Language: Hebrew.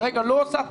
כרגע היא לא עושה,